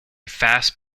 fast